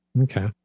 Okay